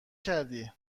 کردی